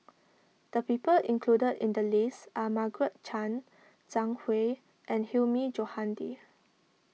the people included in the list are Margaret Chan Zhang Hui and Hilmi Johandi